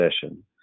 session